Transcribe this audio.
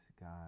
God